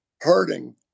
Hurting